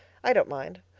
i don't mind.